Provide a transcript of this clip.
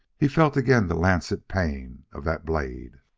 he felt again the lancet-pain of that blade.